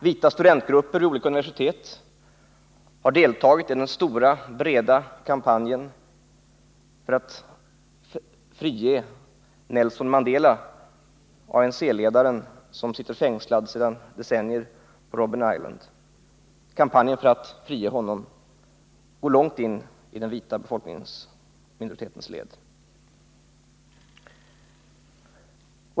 Vita studentgrupper vid olika universitet har deltagit i den breda kampanjen för att Nelson Mandela, ANC-ledaren som sitter fängslad sedan decennier på Robben Island, skall friges. Kampanjen för att att han skall friges går långt in i den vita befolkningsminoritetens led.